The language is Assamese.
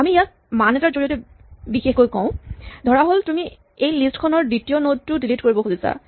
আমি ইয়াক মান এটাৰ জৰিয়তে বিশেষ কৰোঁ ধৰাহ'ল তুমি এই লিষ্ট খনৰ দ্বিতীয় নড টো ডিলিট কৰিব খুজিছা